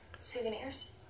Souvenirs